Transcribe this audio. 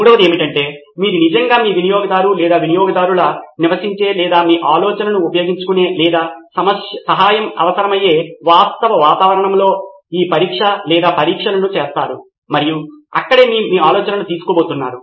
మూడవది ఏమిటంటే మీరు నిజంగా మీ వినియోగదారు లేదా వినియోగదారుల నివసించే లేదా మీ ఆలోచనను ఉపయోగించుకునే లేదా సహాయం అవసరమయ్యే వాస్తవ వాతావరణంలో ఈ పరీక్ష లేదా పరీక్షలను చేస్తారు మరియు అక్కడే మీరు మీ ఆలోచనను తీసుకోబోతున్నారు